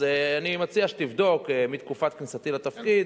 אני מציע שתבדוק מתקופת כניסתי לתפקיד